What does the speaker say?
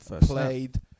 played